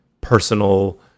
personal